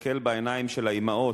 והסתכל בעיניים של האמהות,